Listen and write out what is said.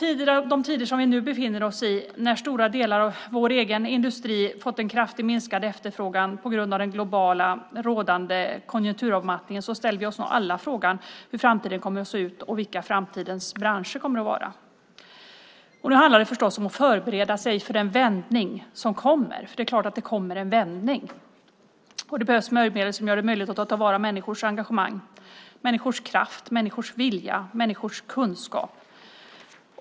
I de tider som vi nu befinner oss i, när stora delar av vår egen industri har fått en kraftigt minskad efterfrågan på grund av den rådande globala konjunkturavmattningen, ställer sig nog alla frågan hur framtiden kommer att se ut och vilka framtidens branscher kommer att vara. Nu handlar det förstås om att förbereda sig för den vändning som kommer, för det är klart att det kommer en vändning. Det behövs smörjmedel som gör det möjligt att ta till vara människors engagemang, människors kraft, människors vilja och människors kunskap.